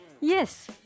Yes